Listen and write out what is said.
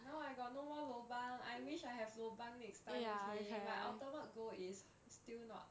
no I got no more lobang I wish have lobang next time okay my ultimate goal is still not